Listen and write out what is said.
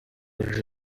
uje